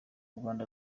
rwanda